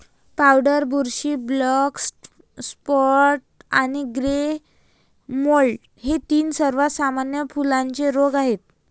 powder बुरशी, black spot आणि grey mould हे तीन सर्वात सामान्य फुलांचे रोग आहेत